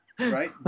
right